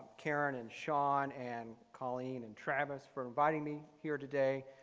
karin and shaun and colleen and travis for inviting me here today.